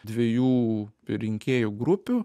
dviejų rinkėjų grupių